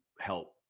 help